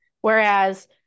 Whereas-